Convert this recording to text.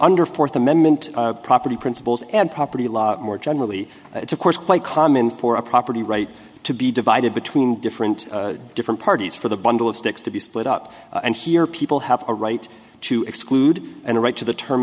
under fourth amendment property principles and property law more generally it's of course quite common for a property right to be divided between different different parties for the bundle of sticks to be split up and here people have a right to exclude and a right to the term